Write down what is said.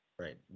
Right